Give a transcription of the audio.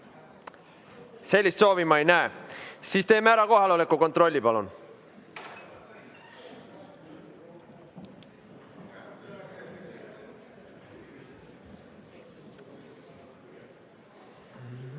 Sellist soovi ma ei näe. Siis teeme kohaloleku kontrolli, palun!